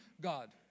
God